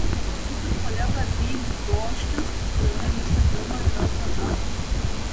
kokį įspūdį palieka bydgoščius kuriame vyksta pirmo ir antro etapo rungtynės